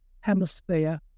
Hemisphere